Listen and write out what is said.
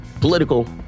political